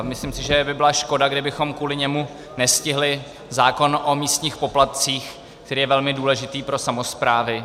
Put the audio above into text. Myslím si, že by byla škoda, kdybychom kvůli němu nestihli zákon o místních poplatcích, který je velmi důležitý pro samosprávy.